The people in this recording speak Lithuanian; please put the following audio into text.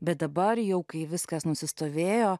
bet dabar jau kai viskas nusistovėjo